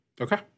Okay